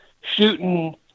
shooting –